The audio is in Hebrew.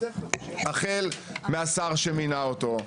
החל מהשר שמינה אותו,